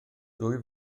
dwy